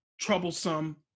troublesome